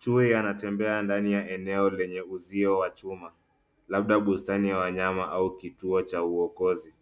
Chui anatembea ndani ya eneo lenye uzio wa chuma labda bustani ya wanyama au kituo cha uokozi.